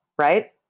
right